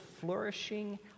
flourishing